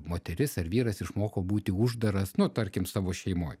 moteris ar vyras išmoko būti uždaras nu tarkim savo šeimoj